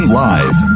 live